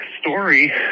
story